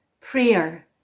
prayer